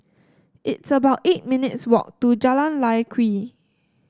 it's about eight minutes' walk to Jalan Lye Kwee